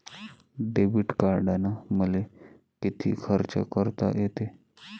Debit कार्डानं मले किती खर्च करता येते?